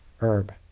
herb